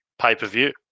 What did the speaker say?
pay-per-view